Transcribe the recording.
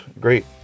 Great